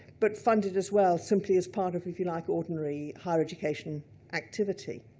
but funded as well, simply as part of, if you like, ordinary higher education activity.